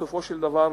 בסופו של דבר,